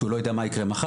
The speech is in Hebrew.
כי הוא לא יודע מה יקרה מחר